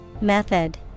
Method